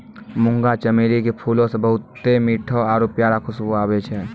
मुंगा चमेली के फूलो से बहुते मीठो आरु प्यारा खुशबु आबै छै